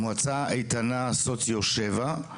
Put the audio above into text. זו מועצה איתנה סוציו שבע,